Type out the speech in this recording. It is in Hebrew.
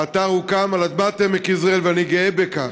האתר הוקם על אדמת עמק יזרעאל, ואני גאה בכך.